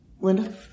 Linda